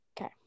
Okay